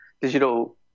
digital